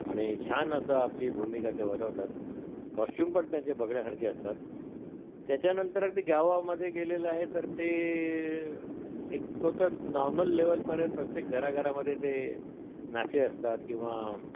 आणि छान असं आपली भूमिका ते वटवतात कॉस्च्युम पण त्यांचे बघण्यासारखे असतात त्याच्यानंतर अगदी गावामधे गेलेलं आहे तर ते एक तो तर नॉर्मल लेवलपर्यंत प्रत्येक घराघरामधे ते नाचे असतात किंवा